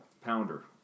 Pounder